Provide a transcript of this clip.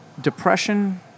depression